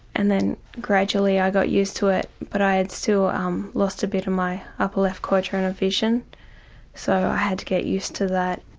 and then gradually i got used to it but i had still um lost a bit of my upper left quadrant of vision so i had to get used to that.